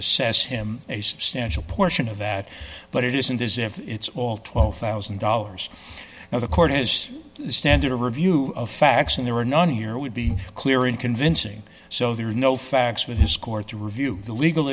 assess him a substantial portion of that but it isn't as if it's all twelve thousand dollars now the court is standard of review of facts and there are none here would be clear and convincing so there are no facts for his court to review the legal